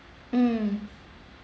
mm